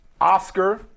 Oscar